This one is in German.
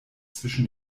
zwischen